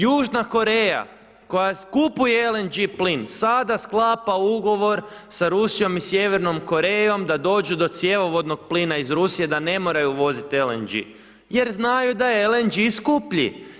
Južna Koreja koja kupuje LNG plin sada sklapa ugovor sa Rusijom i Sjevernom Korejom da dođu do cjevovodnog plina iz Rusije da ne moraju voziti LNG jer znaju da je LNG skuplji.